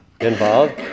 involved